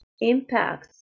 impacts